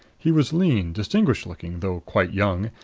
he was lean, distinguished-looking, though quite young,